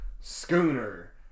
Schooner